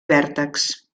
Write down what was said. vèrtexs